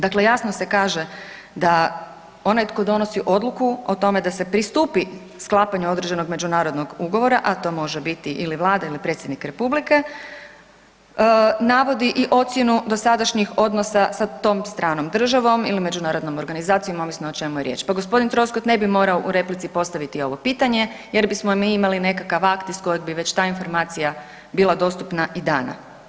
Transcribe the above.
Dakle, jasno se kaže da onaj tko donosi odluku o tome da se pristupi sklapanju određenog međunarodnog ugovora, a to može bili ili Vlada ili predsjednik Republike, navodi i ocjenu dosadašnjih odnosa sa tom stranom državom ili međunarodnom organizacijom o čemu je riječ pa gospodin Troskot ne bi morao u replici postaviti ovo pitanje jer bismo i mi imali nekakav akt iz kojeg bi već ta informacija bila dostupna i dana.